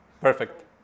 Perfect